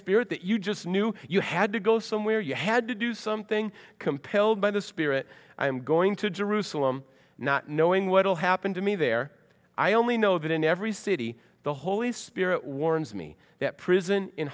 spirit that you just knew you had to go somewhere you had to do something compelled by the spirit i am going to jerusalem not knowing what will happen to me there i only know that in every city the holy spirit warns me that prison in